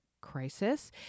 crisis